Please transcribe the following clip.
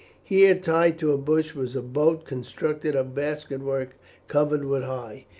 here tied to a bush was a boat constructed of basket work covered with hide.